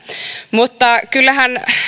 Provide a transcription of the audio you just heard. mutta kyllähän